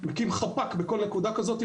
מקים חפ"ק בכל נקודה כזאת.